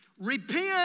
Repent